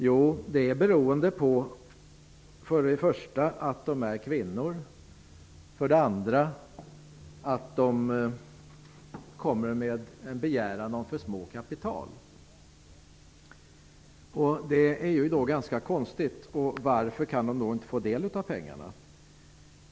Jo, det beror för det första på att de är kvinnor och för det andra på att de begär för litet kapital. Det är ganska konstigt. Varför kan de inte få del av pengarna?